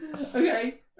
Okay